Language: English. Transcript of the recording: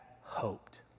hoped